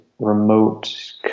Remote